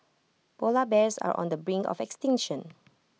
Polar Bears are on the brink of extinction